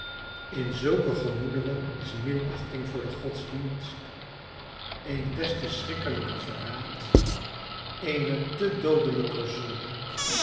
in zulke gemoederen is minachting voor den godsdienst een des te schrikkelijker verraad eene te doodelijker zonde